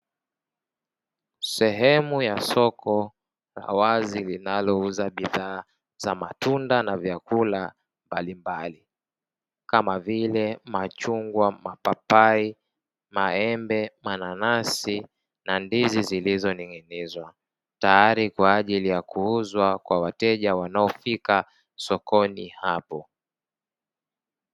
Sehemu ya soko la wazi linaouza bidhaa za matunda na vyakula mbalimbali, kama vile machungwa, mapapai, maembe, mananasi na ndizi zilizo ning'inizwa. Tayari kwaajili kuuzwa kwa wateja wanaofika sokoni hapo.